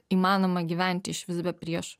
įmanoma gyventi išvis be priešų